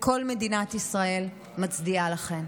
וכל מדינת ישראל, מצדיעה לכן.